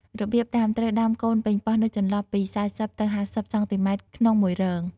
របៀបដាំ ត្រូវដាំកូនប៉េងប៉ោះនៅចន្លោះពី ៤០ ទៅ ៥០ សង់ទីម៉ែត្រក្នុងមួយរង។